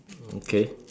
okay